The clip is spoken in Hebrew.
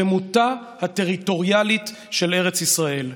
שלמותה הטריטוריאלית של ארץ ישראל.